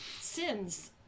sins